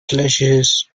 pleasures